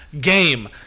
Game